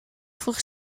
vroeg